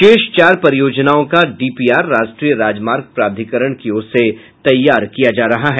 शेष चार परियोजना का डीपीआर राष्ट्रीय राजमार्ग प्राधिकरण की ओर से तैयार किया जा रहा है